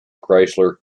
chrysler